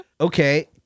Okay